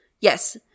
Yes